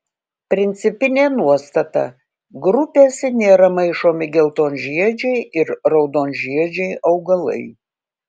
principinė nuostata grupėse nėra maišomi geltonžiedžiai ir raudonžiedžiai augalai